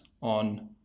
on